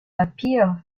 appear